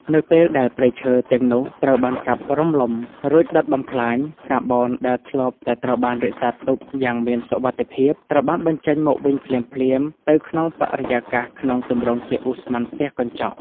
នៅពេលដែលព្រៃឈើទាំងនោះត្រូវបានកាប់រំលំ រួចដុតបំផ្លាញ កាបូនដែលធ្លាប់តែត្រូវបានរក្សាទុកយ៉ាងមានសុវត្ថិភាព ត្រូវបានបញ្ចេញមកវិញភ្លាមៗទៅក្នុងបរិយាកាសក្នុងទម្រង់ជាឧស្ម័នផ្ទះកញ្ចក់។